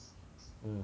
mm